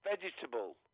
Vegetable